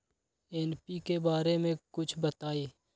NPK बारे म कुछ बताई?